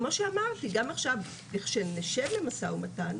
כמו שאמרתי, גם עכשיו לכשנשב למשא ומתן,